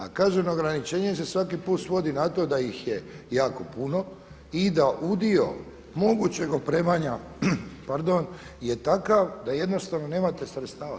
A kažem ograničenje se svaki put svodi na to da ih je jako puno i da udio mogućeg opremanja je takav da jednostavno nemate sredstava.